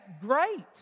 great